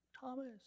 Thomas